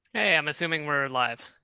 hey, i'm assuming we're live.